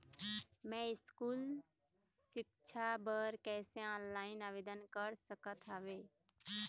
मैं स्कूल सिक्छा बर कैसे ऑनलाइन आवेदन कर सकत हावे?